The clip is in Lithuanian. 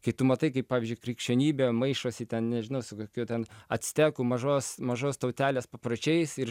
kai tu matai kaip pavyzdžiui krikščionybė maišosi ten nežinau su kokiu ten actekų mažos mažos tautelės papročiais ir